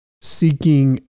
seeking